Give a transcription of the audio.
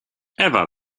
ewa